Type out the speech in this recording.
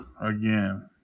again